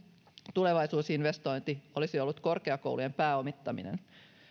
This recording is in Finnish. tulevaisuusinvestointi olisi ollut korkeakoulujen pääomittaminen